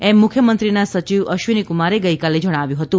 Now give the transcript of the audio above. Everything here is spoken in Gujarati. એમ મુખ્યમંત્રીના સચિવ અશ્વિનીકુમારે ગઇકાલે જણાવ્યું હતું